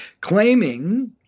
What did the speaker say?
claiming